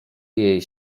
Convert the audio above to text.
jej